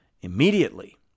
immediately